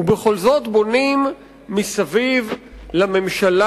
ובכל זאת בונים מסביב לממשלה,